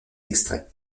extraits